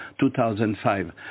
2005